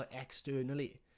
externally